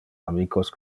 amicos